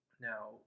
Now